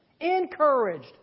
encouraged